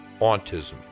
autism